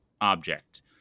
object